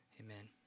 Amen